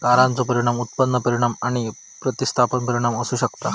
करांचो परिणाम उत्पन्न परिणाम आणि प्रतिस्थापन परिणाम असू शकतत